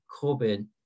COVID